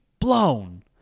blown